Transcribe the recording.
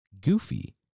Goofy